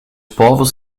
povos